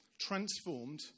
transformed